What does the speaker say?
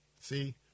See